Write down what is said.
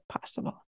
possible